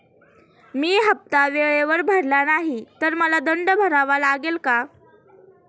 मी हफ्ता वेळेवर भरला नाही तर मला दंड भरावा लागेल का?